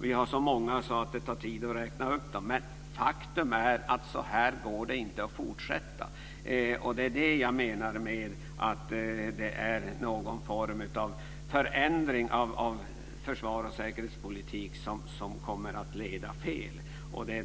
Det är så många onödiga investeringar att det tar tid att räkna upp dem. Men faktum är att så här går det inte att fortsätta. Det är det jag menar med att detta är en form av förändring av försvars och säkerhetspolitiken som kommer att leda fel.